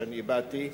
שאני הבעתי,